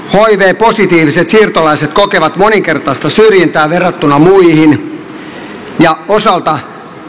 hiv positiiviset siirtolaiset kokevat moninkertaista syrjintää verrattuna muihin ja osalta